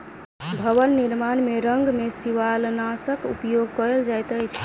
भवन निर्माण में रंग में शिवालनाशक उपयोग कयल जाइत अछि